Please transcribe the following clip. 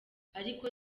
ariko